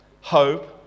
hope